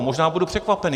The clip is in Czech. Možná budu překvapený.